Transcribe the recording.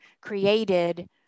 created